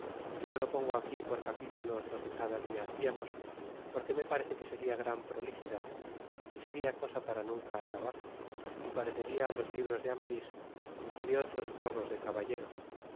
y no lo pongo aquí por capítulos lo que cada dia haciamos porque me parece que seria gran prolixidad ti seria cosa para nunca acabar y pare ceria ti los libros de amadis ti de otros cor'o ros de caballeros